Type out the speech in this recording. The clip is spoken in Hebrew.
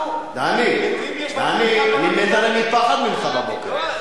דני, דני, אני מת הרי מפחד ממך בבוקר.